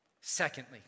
Secondly